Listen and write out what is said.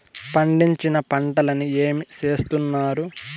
పండించిన పంటలని ఏమి చేస్తున్నారు?